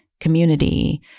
community